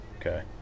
Okay